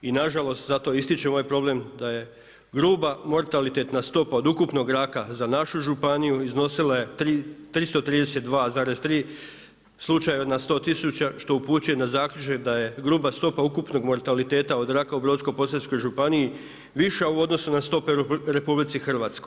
I nažalost zato i ističem ovaj problem da je gruba mortalitetna stopa od ukupnog raka za našu županiju iznosila je 332,3 slučaja na 100 tisuća što upućuje na zaključak da je gruba stopa ukupnog mortaliteta od raka u Brodsko-posavskoj županiji viša u odnosu na stope u RH.